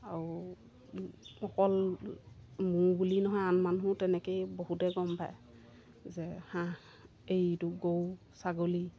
আৰু অকল মোৰ বুলি নহয় আন মানুহো তেনেকৈয়ে বহুতেই গম পায় যে হাঁহ এইটো গৰু ছাগলী